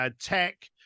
tech